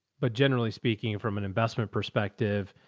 but generally speaking from an investment perspective,